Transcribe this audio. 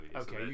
okay